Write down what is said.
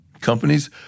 companies